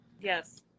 Yes